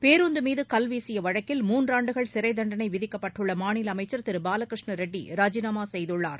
பேருந்து மீது கல் வீசிய வழக்கில் மூன்றாண்டு சிறைத்தண்டளை விதிக்கப்பட்டுள்ள மாநில அமைச்சர் திரு பாலகிருஷ்ண ரெட்டி ராஜினாமா செய்துள்ளார்